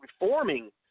reforming